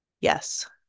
Yes